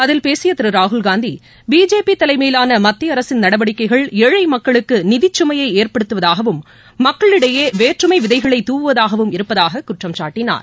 அதில் பேசிய திரு ராகுல்காந்தி பிஜேபி தலைமையிலான மத்திய அரசின் நடவடிக்கைகள் ஏழை மக்களுக்கு நிதிச்சுமையை ஏற்படுத்துவதாகவும் மக்களிடையே வேற்றுமை விதைகளை தூவுவதாகவும் இருப்பதாகக் குற்றம்சாட்டினார்